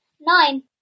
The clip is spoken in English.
Nine